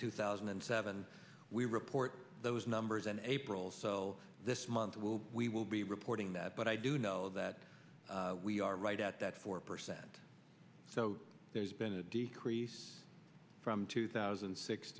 two thousand and seven we were port those numbers then april so this month will we will be reporting that but i do know that we are right at that four percent so there's been a decrease from two thousand